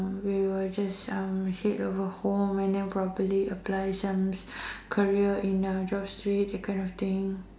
we will just um save for a home and then properly apply some career in job street that kind of thing